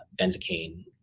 benzocaine